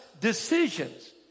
decisions